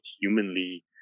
humanly